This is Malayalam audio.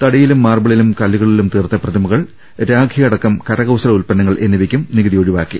തടി യിലും മാർബിളിലും കല്ലുകളിലും തീർത്ത പ്രതിമകൾ രാഖി അടക്കം കരകൌശല ഉല്പന്നങ്ങൾ എന്നിവയ്ക്കും നികുതി ഒഴിവാക്കി